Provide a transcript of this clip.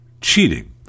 cheating